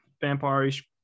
vampire-ish